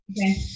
okay